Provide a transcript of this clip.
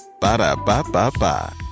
Ba-da-ba-ba-ba